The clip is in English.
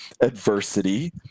adversity